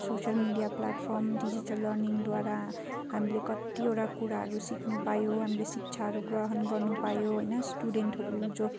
social media platform digital लर्निङद्वारा हामीले कत्तिवटा कुराहरू सिक्नु पायौँ हामीले शिक्षाहरू ग्रहण गर्नु पायौँ होइन स्टुडेन्टहरू जो